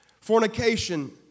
fornication